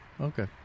Okay